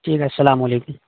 ٹھیک ہے السلام علیکم